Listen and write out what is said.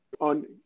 On